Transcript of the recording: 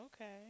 okay